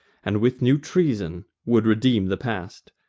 and with new treasons would redeem the past.